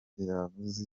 yavuze